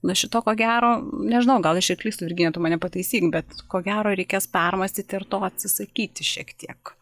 nu šito ko gero nežinau gal aš ir klystu virginija tu mane pataisyk bet ko gero reikės permąstyti ir to atsisakyti šiek tiek